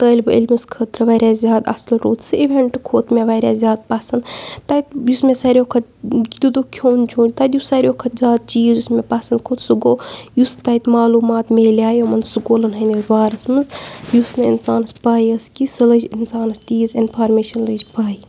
طٲلبہٕ علمِس خٲطرٕ واریاہ زیادٕ اَصٕل روٗد سُہ اِوٮ۪نٛٹہٕ کھوٚت مےٚ واریاہ زیادٕ پَسنٛد تَتہِ یُس مےٚ سارویو کھۄتہٕ دیُتُکھ کھیوٚن چوٚن تَتہِ یُس سارویو کھۄتہٕ زیادٕ چیٖز یُس مےٚ پَسنٛد کھوٚت سُہ گوٚو یُس تَتہِ معلوٗمات مِلیو یِمَن سکوٗلَن ہٕنٛدِس بارَس منٛز یُس نہٕ اِنسانَس پاے ٲس کیٚنٛہہ سُہ لٔج اِنسانَس تیٖژ اِنفارمیشَن لٔج پاے